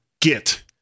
git